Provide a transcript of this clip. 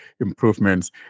improvements